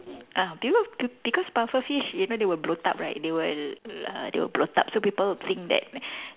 ah do you know be~ because pufferfish you know they will bloat up right they will uh they will bloat up so people will think that